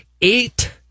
eight